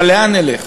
אבל לאן נלך?